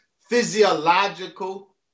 physiological